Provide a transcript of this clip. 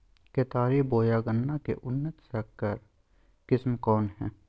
केतारी बोया गन्ना के उन्नत संकर किस्म कौन है?